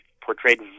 portrayed